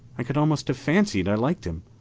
i could almost have fancied i liked him.